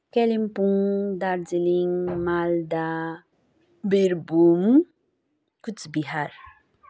Kalimpong Darjeeling Malda Birbhum Cooch Behar